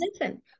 listen